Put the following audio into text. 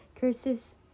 Curses